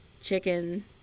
chicken